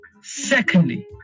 Secondly